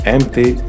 Empty